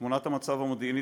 תמונת המצב המודיעינית,